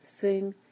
Sing